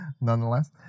nonetheless